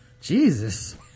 Jesus